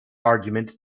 argument